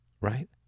right